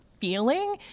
feeling